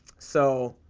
so.